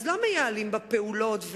אז לא מייעלים בפעולות,